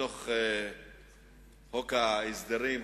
אני אומר לו שיש ירידה דרסטית בנוכחות הממשלה,